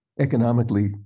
economically